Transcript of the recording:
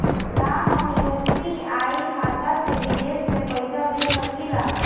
का हम यू.पी.आई खाता से विदेश में पइसा भेज सकिला?